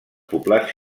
poblats